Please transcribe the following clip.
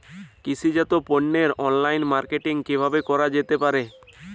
কৃষিজাত পণ্যের online marketing কিভাবে করা যেতে পারে?